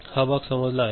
हा भाग समजला आहे